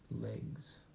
legs